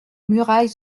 murailles